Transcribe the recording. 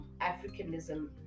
africanism